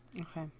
Okay